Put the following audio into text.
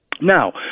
Now